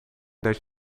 dat